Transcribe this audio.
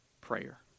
prayer